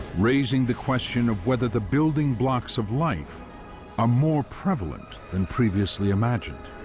raising the question of whether the building blocks of life are more prevalent than previously imagined,